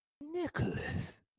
Nicholas